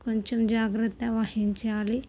కొంచెం జాగ్రత్త వహించాలి